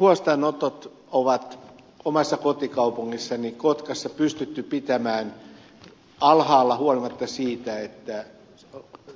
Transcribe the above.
huostaanotot on omassa kotikaupungissani kotkassa pystytty pitämään alhaalla huolimatta siitä että